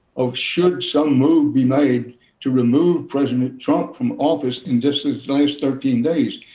of should some move be made to remove president trump from office in just his last thirteen days?